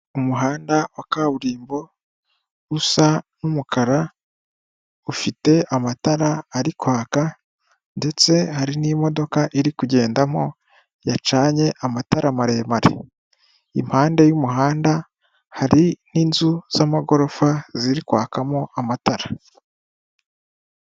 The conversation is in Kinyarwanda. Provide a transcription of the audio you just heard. Umuhanda wa kaburimbo usa n'umukara, ufite amatara ari kwaka ndetse hari n'imodoka iri kugendamo yacanye amatara maremare, impande y'umuhanda hari n'inzu z'amagorofa ziri kwakamo amatara.